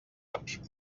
app